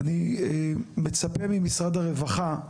אני מצפה ממשרד הרווחה,